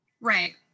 right